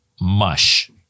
mush